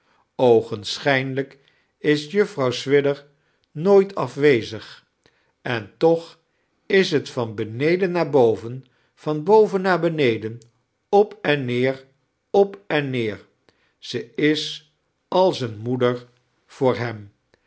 oogensehijnlijk is juffrouw swidger nooit afwezdg en toch is t van beneden naar boven van boven noar beneden op en neer op en neer ze is als een moeder voor hem